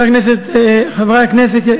חברי הכנסת,